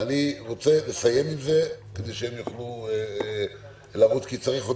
אני רוצה לסיים עם זה כדי שהם יוכלו לרוץ כי צריך עוד